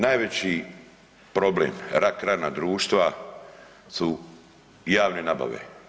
Najveći problem, rak rana društva su javne nabave.